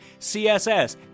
css